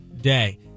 day